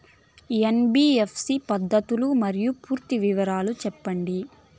NBFC పద్ధతులు మరియు పూర్తి వివరాలు సెప్పండి?